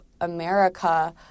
America